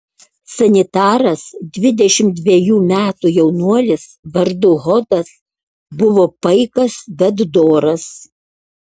sanitaras dvidešimt dvejų metų jaunuolis vardu hodas buvo paikas bet doras